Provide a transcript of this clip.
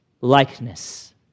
likeness